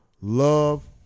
Love